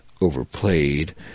overplayed